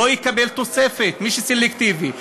לא יקבל תוספת מי שסלקטיבי.